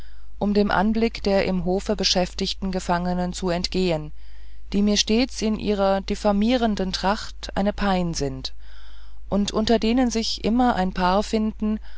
um dem anblick der im hofe beschäftigten gefangenen zu entgehen die mir stets in ihrer diffamierenden tracht eine pein sind und unter denen sich immer ein paar finden